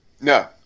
No